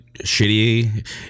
shitty